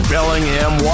Bellingham